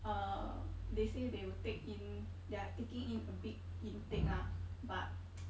uh they say they will take in they are taking in a big intake ah but